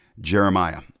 jeremiah